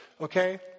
Okay